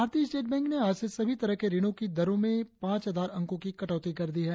भारतीय state bank ने आज से सभी तरह के ऋण की दरों में पांच आधार अंकों की कटौती कर दी है